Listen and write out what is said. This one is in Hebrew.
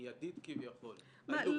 המיידית כביכול עלו בבג"ץ ונדחו.